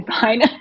fine